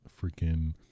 freaking